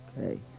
Okay